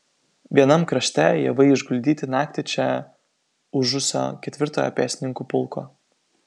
vienam krašte javai išguldyti naktį čia ūžusio ketvirtojo pėstininkų pulko